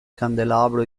candelabro